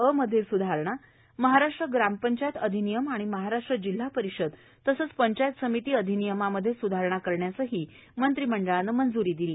अ मध्ये स्धारणा महाराष्ट्र ग्रामपंचायत अधिनियम आणि महाराष्ट्र जिल्हा परिषद तसंच पंचायत समिती अधिनियमामध्ये स्धारणा करण्यासही मंत्रिमंडळानं मंज्री दिली